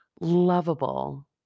lovable